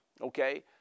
Okay